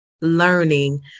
learning